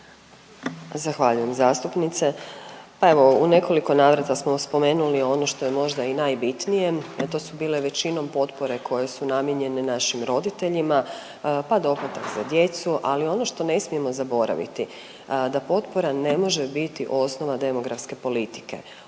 Zahvaljujem zastupnice. Pa evo u nekoliko navrata smo spomenuli ono što je možda i najbitnije. To su bile većinom potpore koje su namijenjen našim roditeljima, pa dohodak za djecu, ali ono što ne smijemo zaboraviti, da potpora ne može biti osnova demografske politike.